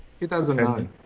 2009